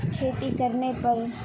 کھیتی کرنے پر